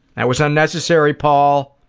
that was unnecessary, paul!